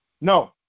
No